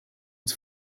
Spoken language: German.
uns